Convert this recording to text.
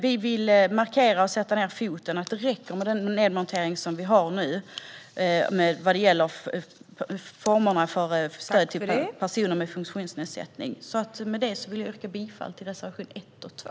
Vi vill dock markera och sätta ned foten. Det räcker med den nedmontering vi nu har vad gäller formerna för stöd till personer med funktionsnedsättning. Jag yrkar bifall till reservationerna 1 och 2.